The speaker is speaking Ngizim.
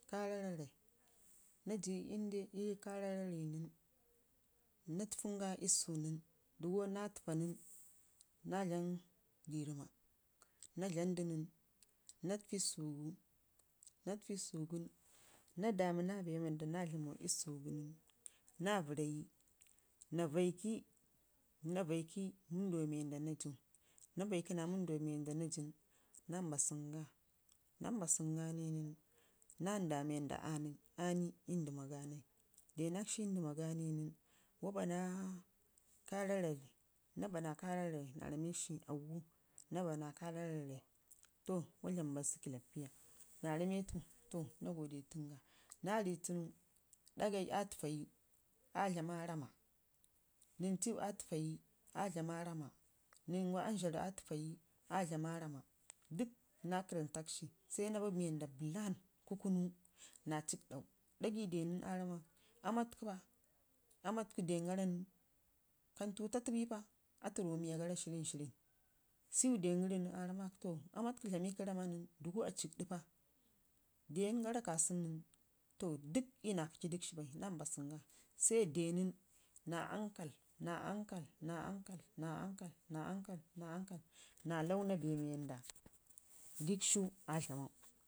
Karara rai naa de inde ii karara rai nən, naa tətənga ii susu nən, digo naa təfa nən naa dlam ngiri ma, naa dlamdu nən naa təfi susu gun nasa, damuna bee wanda naa dlamau ii susu gun na vərrai zaa raiki wunduwa warda naa ju naa vaikina wanduwa warda na jin naa mbasənga, nan mba sənga nən naa ndaawa wanda asini ii ndəmmaga nai, de nakshi ii ndəmma ga nən, ka bana kara ra, rai naa ramik shi auwo na bana karara rai to wa, dam mbasu kəllappiya to naa rammatu naa godetu. Na rrii tunu dagai aa təfaiyi an dama ravimə, nən fewu aa tə faiyi aa dlama rama, dək naa kərrəmtakshi sai naa ba mii wanda bəlan aa kunu naa cikɗau, ɗagi dew nən aa ramau aama tuku dangara nən, ka intutatu bi, fa aturro miyagara shirrən- shirrən su dangara nən aama tuku dlami kəm rama nən dəggo aa cikɗi pee, dək naa kaci dək shi bai naa mbasən ga sai dew nən, naa ankal, naa ankal, naa ankal naa launa bee wanda rrikshu aa dlamau